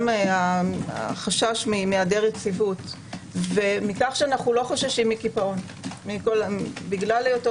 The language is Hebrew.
גם החשש מהיעדר יציבות ומכך שאנו לא חוששים מקיפאון בגלל היותו